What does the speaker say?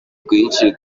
rwinshi